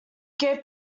gave